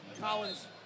Collins